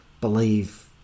believe